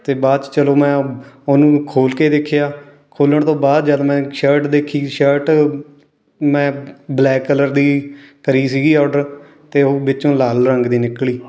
ਅਤੇ ਬਾਅਦ 'ਚ ਚਲੋ ਮੈਂ ਉਹਨੂੰ ਖੋਲ੍ਹ ਕੇ ਦੇਖਿਆ ਖੋਲ੍ਹਣ ਤੋਂ ਬਾਅਦ ਜਦ ਮੈਂ ਸ਼ਰਟ ਦੇਖੀ ਸ਼ਰਟ ਮੈਂ ਬਲੈਕ ਕਲਰ ਦੀ ਕਰੀ ਸੀਗੀ ਔਡਰ ਅਤੇ ਉਹ ਵਿੱਚੋਂ ਲਾਲ ਰੰਗ ਦੀ ਨਿਕਲੀ